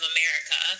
America